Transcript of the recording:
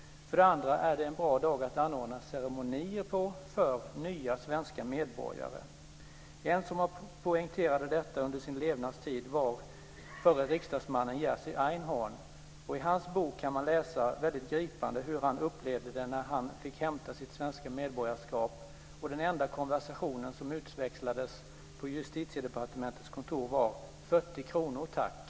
För det andra är det en bra dag att anordna ceremonier för nya svenska medborgare. En som poängterade detta under sin levnadstid var förre riksdagsmannen Jerzy Einhorn. I hans bok kan man läsa väldigt gripande hur han upplevde det när han fick hämta sitt svenska medborgarskap. Den enda konversation som utväxlades på justitiedepartementets kontor var: 40 kronor, tack.